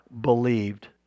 believed